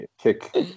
kick